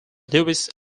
lewis